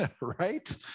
right